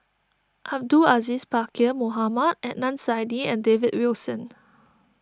Abdul Aziz Pakkeer Mohamed Adnan Saidi and David Wilson